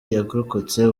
yarokotse